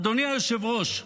אדוני היושב-ראש,